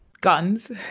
guns